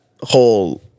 whole